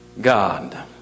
God